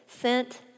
sent